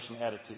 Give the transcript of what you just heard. attitude